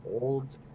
Old